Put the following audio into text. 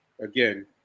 Again